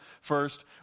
first